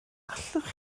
allwch